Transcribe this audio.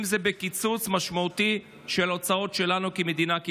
אם זה בקיצוץ משמעותי של ההוצאות שלנו כמדינה,